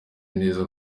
neza